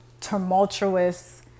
tumultuous